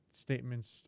statements